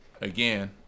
again